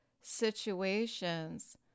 situations